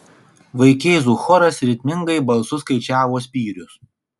vaikėzų choras ritmingai balsu skaičiavo spyrius